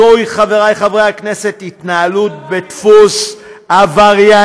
זוהי, חבריי חברי הכנסת, התנהלות בדפוס עברייני.